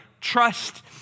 trust